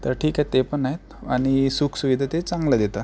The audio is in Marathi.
तर ठीक आहे ते पण आहेत आणि सुखसुविधा ते चांगले देतात